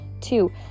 Two